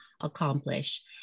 accomplish